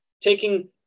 taking